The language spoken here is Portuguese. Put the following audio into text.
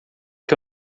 que